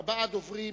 ארבעה דוברים: